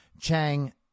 Chang